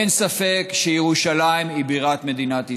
אין ספק שירושלים היא בירת מדינת ישראל.